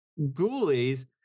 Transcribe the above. ghoulies